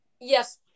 yes